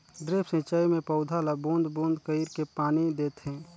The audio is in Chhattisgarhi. ड्रिप सिंचई मे पउधा ल बूंद बूंद कईर के पानी देथे